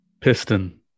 Piston